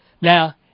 Now